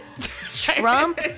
Trump